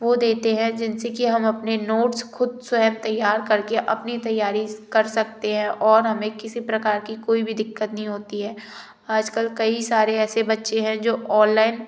वो देते हैं जिनसे कि हम अपने नोट्स खुद स्वयं तैयार करके अपनी तैयारी कर सकते हैं और हमें किसी प्रकार की कोई भी दिक्कत नहीं होती है आजकल कई सारे ऐसे बच्चे हैं जो ऑनलाइन